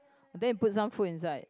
then you put some food inside